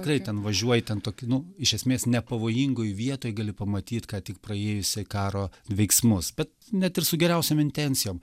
tikrai ten važiuoji ten tokiu iš esmės nepavojingoj vietoj gali pamatyt ką tik praėjusio karo veiksmus bet net ir su geriausiom intencijom